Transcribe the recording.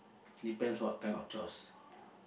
depends what kind of chores